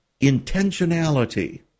intentionality